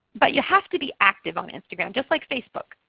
but you have to be active on instagram, just like facebook,